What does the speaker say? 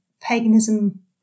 paganism